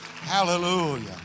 Hallelujah